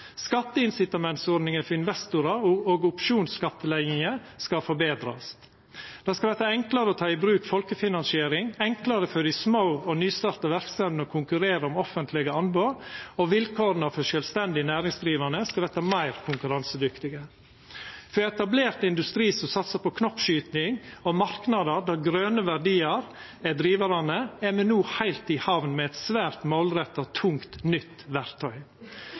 Skatteincitamentsordninga for investorar og opsjonsskattelegginga skal forbetrast. Det skal verta enklare å ta i bruk folkefinansiering, enklare for dei små og nystarta verksemdene å konkurrera om offentlege anbod, og vilkåra for sjølvstendig næringsdrivande skal verta meir konkurransedyktige. For etablert industri som satsar på knoppskyting og marknadar der grøne verdiar er drivarane, er me no heilt i hamn med eit svært målretta tungt, nytt verktøy.